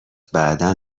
بعدا